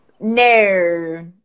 No